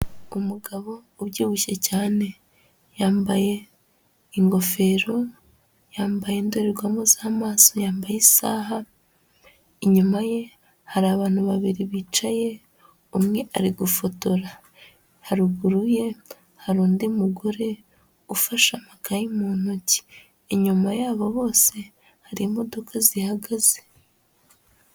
Umugabo ubyibushye cyane yambaye ingofero, yambaye indorerwamo z'amaso, yambaye isaha, inyuma ye hari abantu babiri bicaye, umwe ari gufotora, haruguru ye hari undi mugore ufashe amakayi mu ntoki, inyuma yabo bose hari imodoka zihagaze.